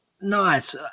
Nice